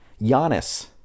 Giannis